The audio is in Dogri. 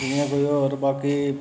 जि'यां होर बाकी